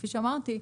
כפי שאמרתי,